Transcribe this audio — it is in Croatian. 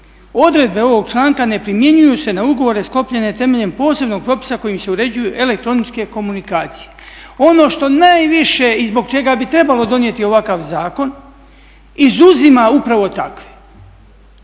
3.odredbe ovog članka ne primjenjuju se na ugovore sklopljene temeljem posebnog propisa kojim se uređuju elektroničke komunikacije. Ono što najviše i zbog čega bi trebalo donijeti ovakav zakon izuzima upravo takve.